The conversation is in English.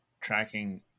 tracking